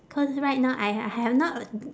cause right now I ha~ have not